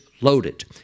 loaded